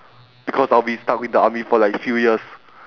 because I'll be stuck with the army for like few years